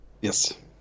Yes